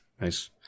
Nice